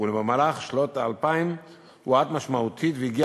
אולם במהלך שנות האלפיים הוא הואט משמעותית והגיע